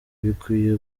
bikwiye